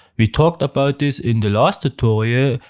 we talked about this in the last tutorial.